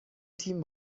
تیم